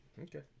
Okay